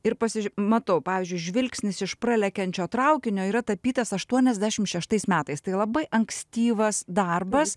ir pasiž matau pavyzdžiui žvilgsnis iš pralekiančio traukinio yra tapytas aštuoniasdešim šeštais metais tai labai ankstyvas darbas